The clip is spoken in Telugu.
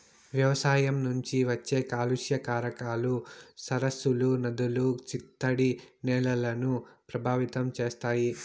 వ్యవసాయం నుంచి వచ్చే కాలుష్య కారకాలు సరస్సులు, నదులు, చిత్తడి నేలలను ప్రభావితం చేస్తాయి